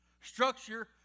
Structure